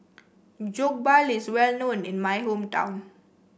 Jokbal is well known in my hometown